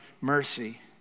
mercy